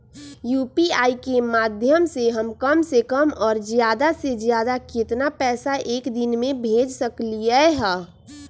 UPI के माध्यम से हम कम से कम और ज्यादा से ज्यादा केतना पैसा एक दिन में भेज सकलियै ह?